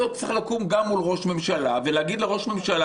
יכול להיות שצריך לקום גם מול ראש הממשלה ולהגיד לראש הממשלה,